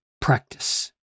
practice